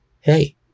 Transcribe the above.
hey